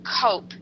cope